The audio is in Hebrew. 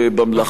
מגיע להם.